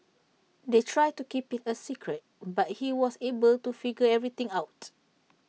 they tried to keep IT A secret but he was able to figure everything out